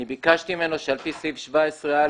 אני ביקשתי ממנו שעל פי סעיף 17/א